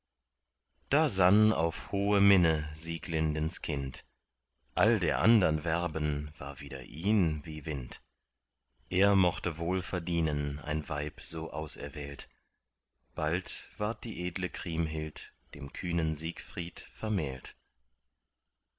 da sann auf hohe minne sieglindens kind all der andern werben war wider ihn wie wind er mochte wohl verdienen ein weib so auserwählt bald ward die edle kriemhild dem kühnen siegfried vermählt